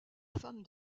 femme